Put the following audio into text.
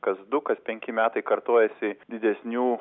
kas du kas penki metai kartojasi didesnių